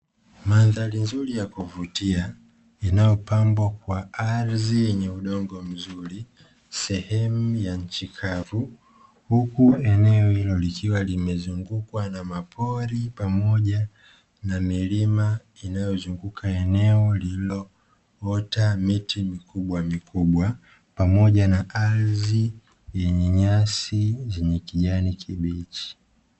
Mandhari nzuri ya kuvutia inayopambwa kwa ardhi yenye udongo mzuri, sehemu ya nchi kavu huku eneo hilo likiwa lenye mapori pamoja milima inayozunguka na ardhi yenye nyasi na kijani kibichi.